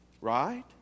right